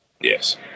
Yes